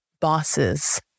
bosses